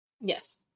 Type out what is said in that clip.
Yes